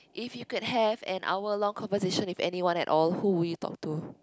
if you could have an hour long conversation with anyone at all who will you talk to